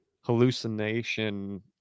hallucination